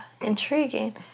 intriguing